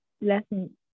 lesson